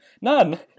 None